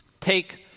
Take